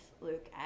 Luke